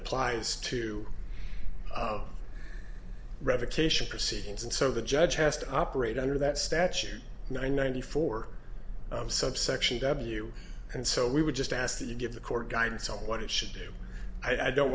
applies to of revocation proceedings and so the judge has to operate under that statute nine ninety four of subsection w and so we would just ask that you give the court guidance on what it should do i don't